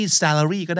salary